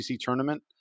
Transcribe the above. tournament